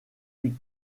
plus